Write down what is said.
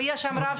אין כזה דבר,